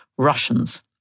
Russians